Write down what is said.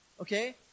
Okay